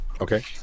Okay